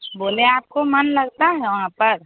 बोलें आपको मन लगता है वहाँ पर